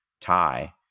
tie